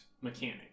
mechanic